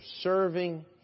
serving